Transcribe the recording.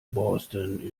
borsten